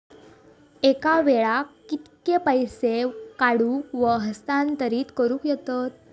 एका वेळाक कित्के पैसे काढूक व हस्तांतरित करूक येतत?